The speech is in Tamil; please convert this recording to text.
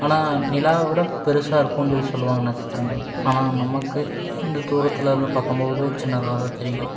ஆனால் நிலாவை விட பெரிசா இருக்குன்னு சொல்லி சொல்லுவாங்க நட்சத்திரங்கள் ஆனால் நமக்கு இந்த தூரத்துலிருந்து பார்க்கும்போது சின்னதாக தான் தெரியும்